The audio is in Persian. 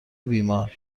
بیمار